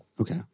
okay